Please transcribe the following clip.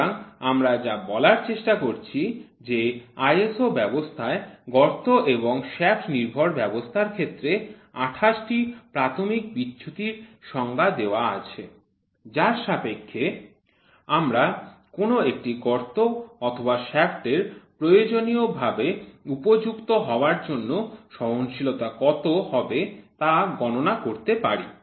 সুতরাং আমরা যা বলার চেষ্টা করছি যে ISO ব্যবস্থায় গর্ত এবং শ্যাফ্ট নির্ভর ব্যবস্থার ক্ষেত্রে ২৮ টি প্রাথমিক বিচ্যুতির সংজ্ঞা দেওয়া আছে যার সাপেক্ষে আমরা কোন একটি গর্ত অথবা শ্যাফ্টের প্রয়োজনীয় ভাবে উপযুক্ত হওয়ার জন্য সহনশীলতা কত হবে তা গণনা করতে পারি